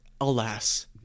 alas